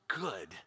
good